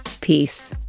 Peace